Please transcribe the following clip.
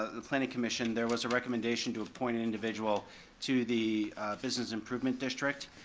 the planning commission, there was a recommendation to appoint an individual to the business improvement district.